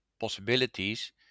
possibilities